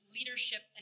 Leadership